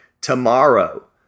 tomorrow